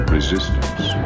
Resistance